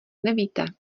nevíte